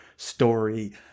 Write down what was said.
story